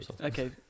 Okay